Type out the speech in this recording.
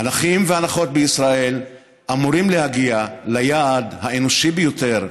הנכים והנכות בישראל אמורים להגיע ליעד האנושי ביותר: